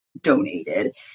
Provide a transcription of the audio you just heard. donated